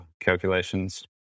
calculations